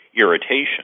irritation